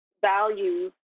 values